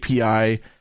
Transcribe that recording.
API